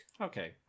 Okay